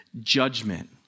judgment